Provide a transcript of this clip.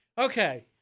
Okay